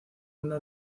una